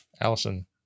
Allison